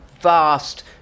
vast